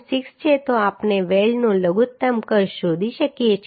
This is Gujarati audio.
6 છે તો આપણે વેલ્ડનું લઘુત્તમ કદ શોધી શકીએ છીએ